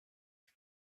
nhà